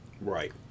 Right